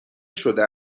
شده